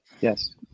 yes